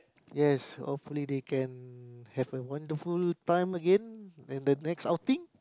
yes hopefully they can have a wonderful time again when the next outing